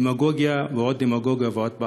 דמגוגיה ועוד דמגוגיה ועוד פחד.